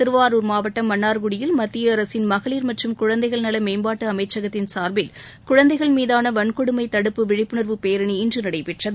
திருவாரூர் மாவட்டம் மன்னா்குடியில் மத்திய அரசின் மகளிர் மற்றும் குழந்தைகள் மேம்பாட்டு அமைச்சகத்தின் சாா்பில் குழந்தைகள் மீதான வன்கொடுமை தடுப்பு விழிப்புணா்வு பேரணி இன்று நடைபெற்றது